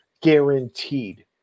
guaranteed